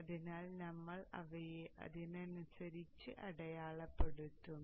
അതിനാൽ നമ്മൾ അവയെ അതിനനുസരിച്ച് അടയാളപ്പെടുത്തും